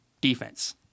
defense